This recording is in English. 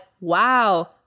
Wow